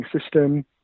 system